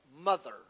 mother